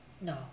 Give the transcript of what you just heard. No